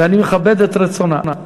ואני מכבד את רצונה.